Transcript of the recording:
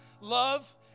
love